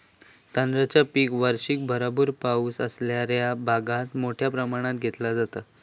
तांदळाचा पीक वर्षाक भरपूर पावस असणाऱ्या भागात मोठ्या प्रमाणात घेतला जाता